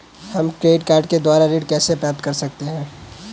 हम credit card के द्वारा ऋण कैसे प्राप्त कर सकते हैं?